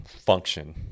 function